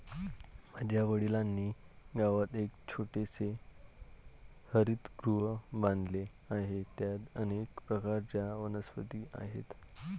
माझ्या वडिलांनी गावात एक छोटेसे हरितगृह बांधले आहे, त्यात अनेक प्रकारच्या वनस्पती आहेत